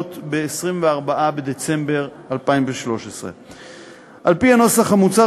ב-24 בדצמבר 2013. על-פי הנוסח המוצע,